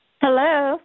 Hello